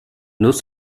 nos